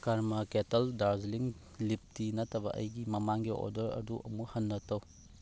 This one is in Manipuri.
ꯀꯔꯃꯥ ꯀꯦꯇꯜ ꯗꯥꯔꯖꯤꯂꯤꯡ ꯂꯤꯞ ꯇꯤ ꯅꯠꯇꯕ ꯑꯩꯒꯤ ꯃꯃꯥꯡꯒꯤ ꯑꯣꯗꯔ ꯑꯗꯨ ꯑꯃꯨꯛ ꯍꯟꯅ ꯇꯧ